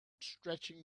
stretching